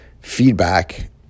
feedback